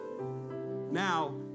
now